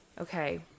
Okay